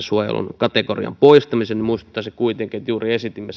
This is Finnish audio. suojelun kategorian poistamisen muistuttaisin kuitenkin että esitimme